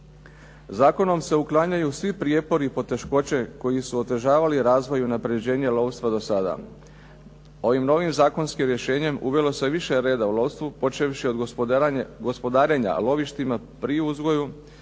Zakonom se uklanjaju svi prijepori i poteškoće koji su otežavali razvoj i unapređenje lovstva do sada. Ovim novim zakonskim rješenjem uvelo se više reda u lovstvu počevši od gospodarenja lovištima pri uzgoju,